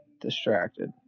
distracted